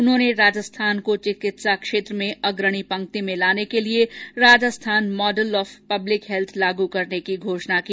उन्होंने राजस्थान को चिकित्सा क्षेत्र में अग्रणी पंक्ति में लाने के लिए Rajasthan model of public health लागू करने की घोषणा की